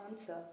answer